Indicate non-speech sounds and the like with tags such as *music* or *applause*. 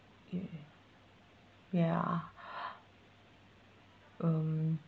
okay ya *breath* um